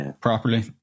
properly